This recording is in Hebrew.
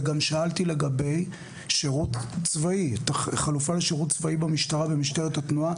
וגם שאלתי לגבי חלופה לשירות צבאי במשטרת התנועה.